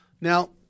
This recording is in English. Now